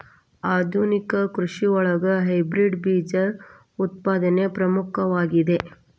ಆಧುನಿಕ ಕೃಷಿಯೊಳಗ ಹೈಬ್ರಿಡ್ ಬೇಜ ಉತ್ಪಾದನೆ ಪ್ರಮುಖವಾಗಿದೆ